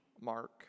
mark